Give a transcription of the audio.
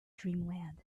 dreamland